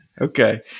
Okay